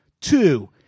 Two